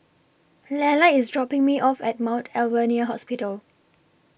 Lella IS dropping Me off At Mount Alvernia Hospital